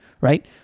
Right